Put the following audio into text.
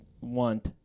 want